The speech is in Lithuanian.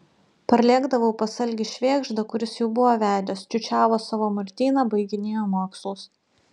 parlėkdavau pas algį švėgždą kuris jau buvo vedęs čiūčiavo savo martyną baiginėjo mokslus